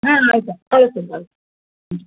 ಹಾಂ ಆಯ್ತು ಆಯ್ತು ಕಳ್ಸ್ತೇನೆ ಹ್ಞೂ